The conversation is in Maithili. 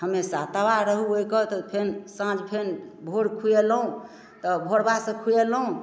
हमेशा तबाह रहू ओइके तऽ फेन साँझ फेन भोर खुयेलहुँ तऽ भोरबासँ खुयेलहुँ